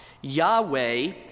Yahweh